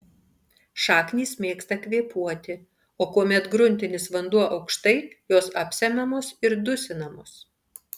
šaknys mėgsta kvėpuoti o kuomet gruntinis vanduo aukštai jos apsemiamos ir dusinamos